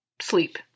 sleep